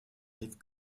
rive